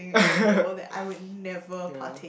yeah